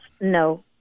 no